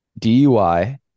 DUI